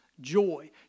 joy